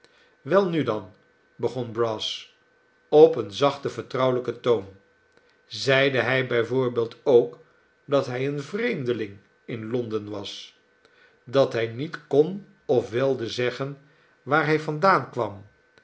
welnu dan begon brass op een zachten vertrouwelijken toon zeide hij bij voorbeeld ook dat hij een vreemdeling in londen was dat hij niet kon of wilde zeggen waar hij vandaan kwam